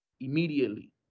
immediately